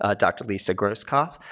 ah dr. lisa groskopf,